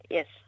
Yes